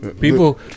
people